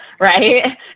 right